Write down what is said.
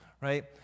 right